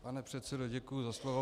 Pane předsedo, děkuji za slovo.